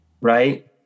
right